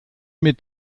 mit